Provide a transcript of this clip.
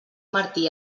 martí